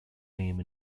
name